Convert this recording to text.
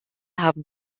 haben